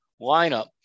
lineup